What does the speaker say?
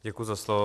Děkuji za slovo.